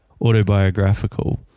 autobiographical